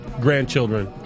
grandchildren